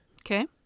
Okay